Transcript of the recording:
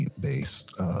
based